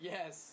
Yes